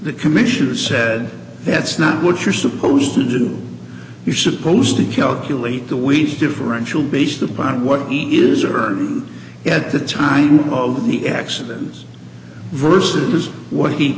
the commissioner said that's not what you're supposed to do you supposed to calculate the weeds differential based upon what ears are at the time of the accident versus what he